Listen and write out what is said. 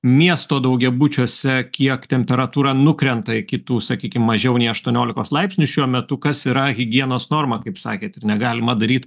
miesto daugiabučiuose kiek temperatūra nukrenta iki tų sakykim mažiau nei aštuoniolikos laipsnių šiuo metu kas yra higienos norma kaip sakėt ir negalima daryt